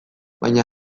baina